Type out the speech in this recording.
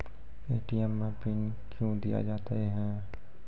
ATM मे pin कयो दिया जाता हैं?